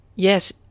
Yes